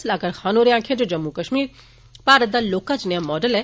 सलाहकार खान होरें आक्खेया जे जम्मू कश्मीर भारत दा लौहका जनेहा माडल ऐ